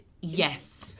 yes